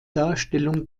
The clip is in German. darstellung